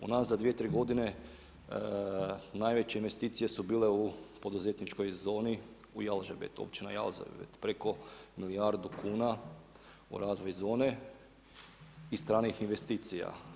U nazad 2, 3 godine najveće investicije su bile u poduzetničkoj zoni u Jalžabet, općina Jalžabet preko milijardu kuna u razvoj zone i stranih investicija.